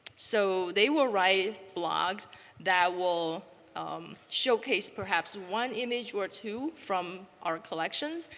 so they will write blogs that will showcase perhaps one image or two from our collections,